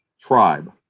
tribe